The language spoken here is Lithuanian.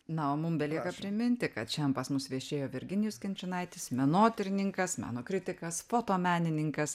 na o mum belieka priminti kad šian pas mus viešėjo virginijus kinčinaitis menotyrininkas meno kritikas fotomenininkas